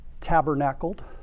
Tabernacled